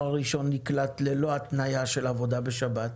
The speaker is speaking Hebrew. הראשון נקלט ללא התניה של עבודה בשבת,